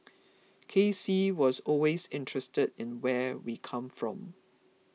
K C was always interested in where we come from